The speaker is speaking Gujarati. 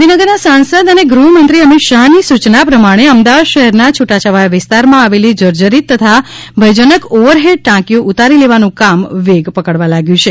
ગાંધીનગરના સાંસદ અને ગૃહ્મંત્રી અમિત શાહની સૂચના પ્રમાણે અમદાવાદ શહેરના છુટાછવાયા વિસ્તારમાં આવેલી જર્જરીત તથા ભયજનક ઓવરહેડ ટાંકીઓ ઉતારી લેવાનું કામ વેગ પકડવા લાગ્યું છે